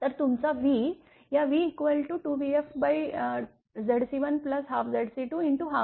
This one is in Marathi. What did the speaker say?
तर तुमचा v या v 2vfZc1Zc22